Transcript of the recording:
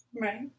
Right